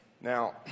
Now